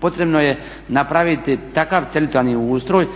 Potrebno je napraviti takav teritorijalni ustroj